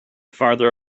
farther